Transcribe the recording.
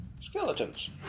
Skeletons